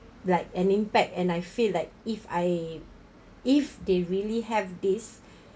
like an impact and I feel like if I if they really have this